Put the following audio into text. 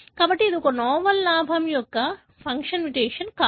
కాబట్టి ఇది ఒక నోవెల్ లాభం యొక్క ఫంక్షన్ మ్యుటేషన్ కాదు